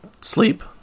sleep